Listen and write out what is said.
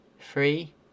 three